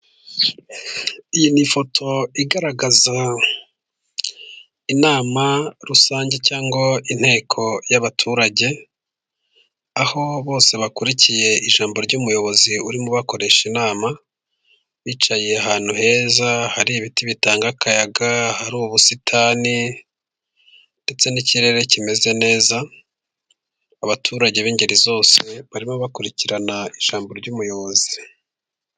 Iyi ni ifoto igaragaza inama rusange cyangwa inteko y'abaturage, aho bose bakurikiye ijambo ry'umuyobozi urimo ubakoresha inama. Bicaye ahantu heza, hari ibiti bitanga akayaga, hari ubusitani ndetse n'ikirere kimeze neza. Abaturage b'ingeri zose barimo bakurikirana ijambo ry'umuyobozi.